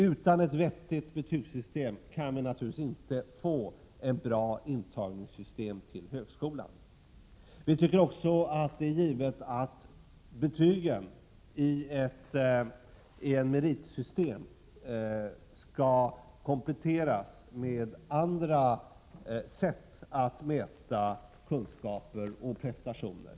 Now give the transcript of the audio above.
Utan ett vettigt betygssystem kan vi naturligtvis inte få ett bra system för antagning till högskolan. Enligt vår mening skall betygen i ett meritsystem givetvis kompletteras med andra sätt att mäta kunskaper och prestationer.